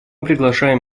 приглашаем